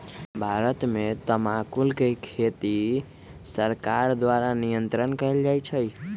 भारत में तमाकुल के खेती सरकार द्वारा नियन्त्रण कएल जाइ छइ